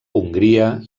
hongria